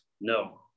No